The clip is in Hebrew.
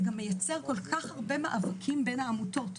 זה גם מייצר כל כך הרבה מאבקים בין העמותות,